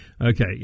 Okay